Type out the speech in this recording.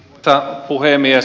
arvoisa puhemies